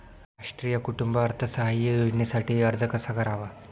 राष्ट्रीय कुटुंब अर्थसहाय्य योजनेसाठी अर्ज कसा करावा?